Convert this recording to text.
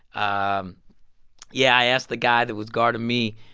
um yeah, i asked the guy that was guarding me,